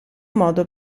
modo